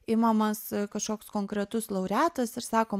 imamas kažkoks konkretus laureatas ir sakom